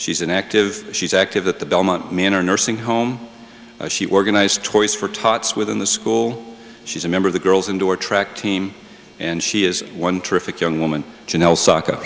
she's an active she's active at the belmont manor nursing home she organize toys for tots within the school she's a member of the girls indoor track team and she is one terrific young woman